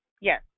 Yes